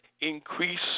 increase